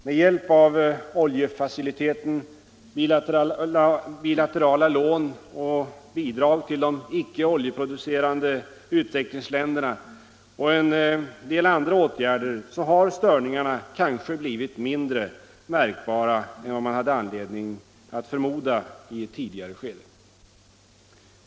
Med hjälp av oljefaciliteten, bilaterala lån och bidrag till de icke-oljeproducerande utvecklingsländerna och en del andra åtgärder har störningarna kanske blivit mindre märkbara än vad man hade anledning att förmoda i ett tidigare skede.